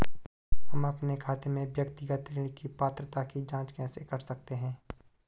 हम अपने खाते में व्यक्तिगत ऋण की पात्रता की जांच कैसे कर सकते हैं?